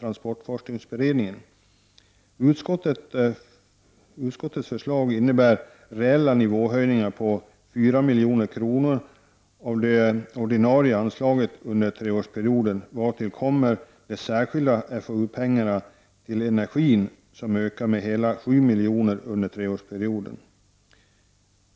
transportforskningsberedningen. Utskottets förslag innebär reella nivåhöjningar på 4 milj.kr. av det ordinarie anslaget under en treårsperiod, vartill kommer de särskilda FOU-pengarna till energin, som ökar med hela 7 miljoner under treårsperioden.